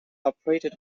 operated